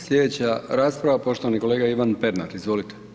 Slijedeća rasprava poštovani kolega Ivan Pernar, izvolite.